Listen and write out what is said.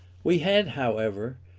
we had, however,